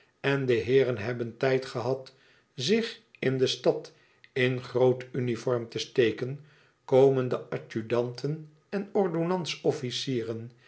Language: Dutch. en de heeren hebben tijd gehad zich in de stad in groot uniform te steken komen de adjudanten en ordonnans officieren